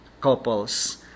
couples